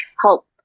help